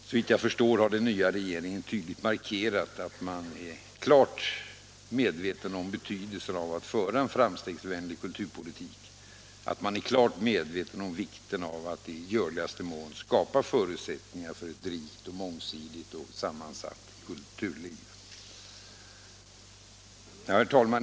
Såvitt jag förstår har den nya regeringen tydligt markerat att den är klart medveten om betydelsen av att föra en framstegsvänlig kulturpolitik och om vikten av att i görligaste mån skapa förutsättningar för ett rikt, mångsidigt och sammansatt kulturliv. Herr talman!